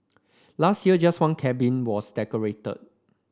last year just one cabin was decorated